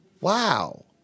Wow